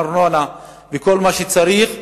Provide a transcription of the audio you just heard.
ארנונה וכל מה שצריך,